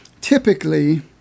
typically